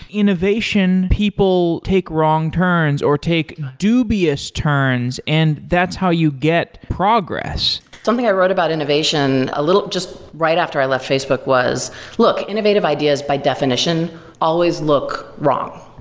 innovation, people take wrong turns or take dubious turns and that's how you get progress. something i wrote about innovation a little just right after i left facebook was look, innovative ideas by definition always look wrong.